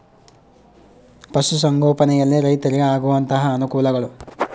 ಪಶುಸಂಗೋಪನೆಯಲ್ಲಿ ರೈತರಿಗೆ ಆಗುವಂತಹ ಅನುಕೂಲಗಳು?